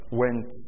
went